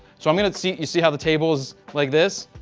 so i'm going to see you see how the table is like this,